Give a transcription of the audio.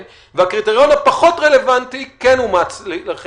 והקריטריון הפחות רלוונטי כן אומץ על ידיכם,